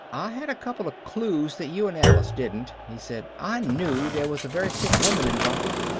i had a couple of clues that you and alice didn't, he said. i knew there was a very sick woman involved.